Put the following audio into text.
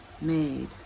made